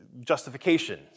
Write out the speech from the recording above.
justification